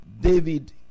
David